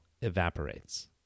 evaporates